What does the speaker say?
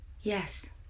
Yes